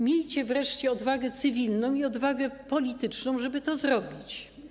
Miejcie wreszcie odwagę cywilną i odwagę polityczną, żeby to zrobić.